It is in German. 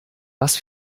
was